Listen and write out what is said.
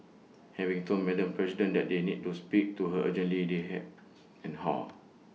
having told Madam president that they need to speak to her urgently they hem and haw